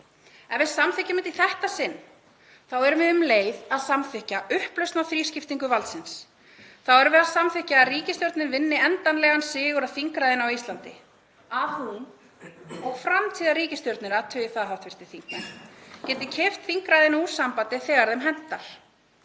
ef við samþykkjum þetta í þetta sinn, erum við um leið að samþykkja upplausn á þrískiptingu valdsins. Þá erum við að samþykkja að ríkisstjórnin vinni endanlegan sigur á þingræðinu á Íslandi, að hún og framtíðarríkisstjórnir, athugið það, hv. þingmenn, geti kippt þingræðinu úr sambandi þegar þeim hentar.